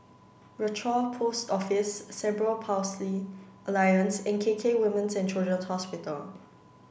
Rochor Post Office Cerebral Palsy Alliance and K K Women's and Children's Hospital